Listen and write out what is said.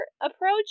approach